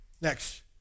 Next